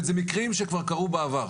וזה מקרים שכבר קרו בעבר.